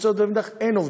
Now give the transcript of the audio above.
אין עובדים.